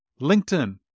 LinkedIn